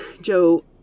Joe